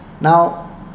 Now